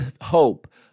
hope